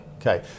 Okay